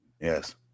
Yes